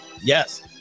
Yes